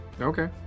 Okay